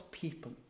people